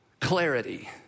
clarity